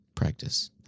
practice